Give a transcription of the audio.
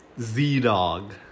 Z-Dog